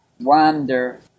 wander